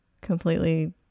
completely